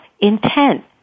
intent